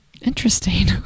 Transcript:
interesting